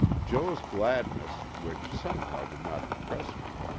jo s gladness, which somehow did not impress me,